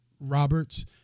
Roberts